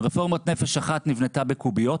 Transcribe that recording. רפורמת נפש אחת נבנתה בקוביות